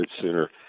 sooner